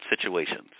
situations